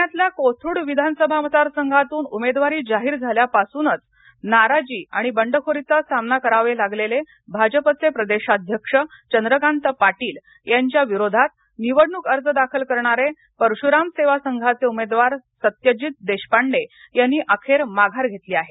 पुण्यातल्या कोथरूड विधानसभा मतदारसंघातून उमेदवारी जाहीर झाल्यापासूनच नाराजी आणि बंडखोरीचा सामना करावे लागलेले भाजपचे प्रदेशाध्यक्ष चंद्रकांत पाटील यांच्या विरोधात निवडणूक अर्ज दाखल करणारे परशुराम सेवा संघाचे उमेदवार सत्यजीत देशपांडे यांनी अखेर माघार घेतली आहे